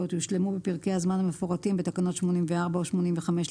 יושלמו בפרקי הזמן המפורטים בתקנות 84 או 85,